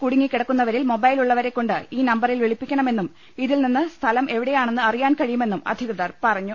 കുടുങ്ങിക്കിടക്കുന്നവരിൽ mobile ഉള്ളവരെക്കൊണ്ട് ഈ നമ്പറിൽ പ്പിളിപ്പിക്കണമെന്നും ഇതിൽനിന്ന് സ്ഥലം എവിടെയാണെന്ന് അറിയാൻ കഴിയു മെന്നും അധികൃതർ പറഞ്ഞു